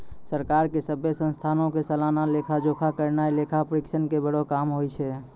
सरकार के सभ्भे संस्थानो के सलाना लेखा जोखा करनाय लेखा परीक्षक के बड़ो काम होय छै